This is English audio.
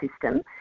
system